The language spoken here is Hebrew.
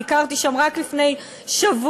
ביקרתי שם רק לפני שבוע.